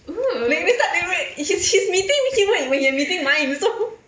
ne~ next time he he's meeting when you're meeting mine so